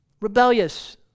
Rebellious